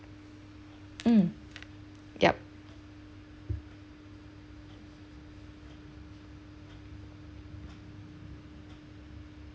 mm yup